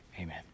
amen